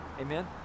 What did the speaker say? amen